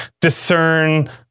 discern